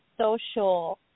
social